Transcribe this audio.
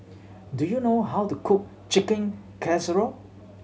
do you know how to cook Chicken Casserole